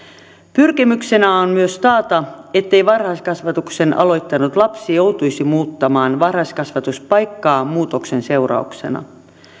pyrkimyksenä on myös taata ettei varhaiskasvatuksen aloittanut lapsi joutuisi muuttamaan varhaiskasvatuspaikkaa muutoksen seurauksena